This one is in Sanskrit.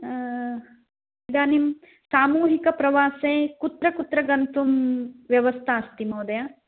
इदानीं सामूहिकप्रवासे कुत्र कुत्र गन्तुम् व्यवस्था अस्ति महोदय